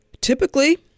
Typically